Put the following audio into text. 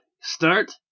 start